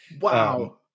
Wow